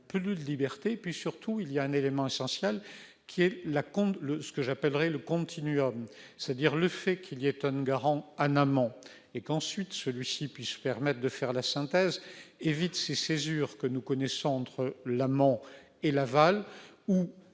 plus de liberté et puis surtout, il y a un élément essentiel qui est la compte le ce que j'appellerais le continuum, c'est-à-dire le fait qu'il y avait un hangar en a notamment et qu'ensuite celui-ci puisse, permettent de faire la synthèse et vite, c'est sûr que nous connaissons entre l'amont et l'aval ou